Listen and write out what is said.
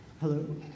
Hello